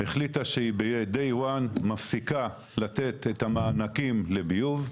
החליטה שהיא ביום אחד מפסיקה לתת את המענקים לביוב.